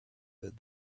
that